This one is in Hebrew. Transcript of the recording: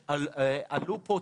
אנחנו חוזרים על הדברים.